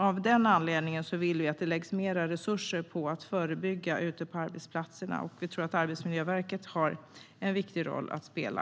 Av den anledningen vill vi att det läggs mer resurser på att förebygga ute på arbetsplatserna. Där tror vi att Arbetsmiljöverket har en viktig roll att spela.